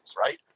right